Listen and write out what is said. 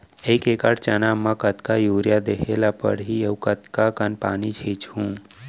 एक एकड़ चना म कतका यूरिया देहे ल परहि अऊ कतका कन पानी छींचहुं?